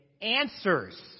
answers